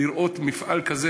לראות מפעל כזה,